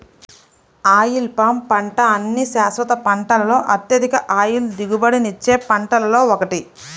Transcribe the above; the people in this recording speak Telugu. ఆయిల్ పామ్ పంట అన్ని శాశ్వత పంటలలో అత్యధిక ఆయిల్ దిగుబడినిచ్చే పంటలలో ఒకటి